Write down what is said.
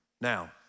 Now